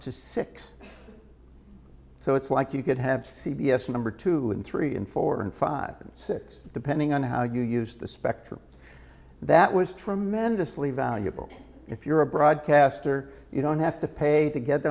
to six so it's like you could have c b s number two and three and four and five and six depending on how you used the spectrum that was tremendously valuable if you're a broadcaster you don't have to pay to get